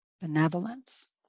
benevolence